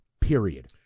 period